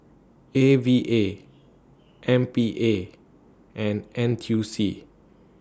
A V A M P A and N T U C